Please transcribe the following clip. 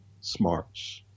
smarts